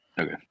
okay